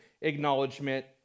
acknowledgement